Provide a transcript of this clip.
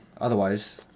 otherwise